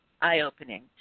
eye-opening